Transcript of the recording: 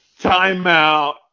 timeout